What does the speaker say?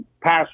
past